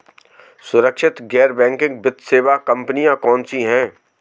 सुरक्षित गैर बैंकिंग वित्त सेवा कंपनियां कौनसी हैं?